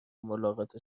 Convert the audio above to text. ملاقات